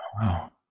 wow